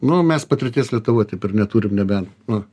nu mes patirties lietuvoj taip ir neturim nebent nu